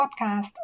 podcast